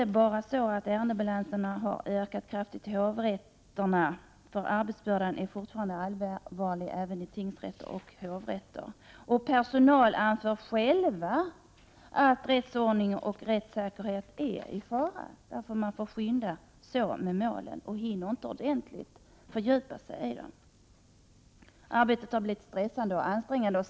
Ärendebalanserna har ökat kraftigt, inte bara i hovrätterna. Arbetsbördan är fortfarande allvarlig även i tingsrätterna. Personalen anser själv att rättsordning och rättssäkerhet är i fara, därför att man får skynda på med målen och inte hinner fördjupa sig ordentligt i dem. Arbetet har blivit stressande och ansträngande.